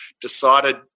decided